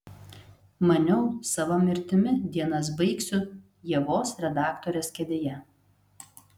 maniau sava mirtimi dienas baigsiu ievos redaktorės kėdėje